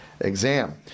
exam